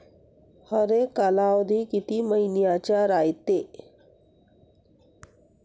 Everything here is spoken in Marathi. हरेक कालावधी किती मइन्याचा रायते?